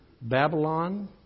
Babylon